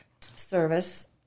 service